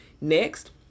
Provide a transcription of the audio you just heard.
next